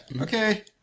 Okay